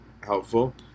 helpful